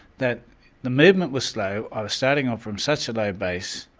that the movement was slow. i was starting off from such a low base.